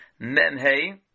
Memhe